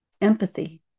empathy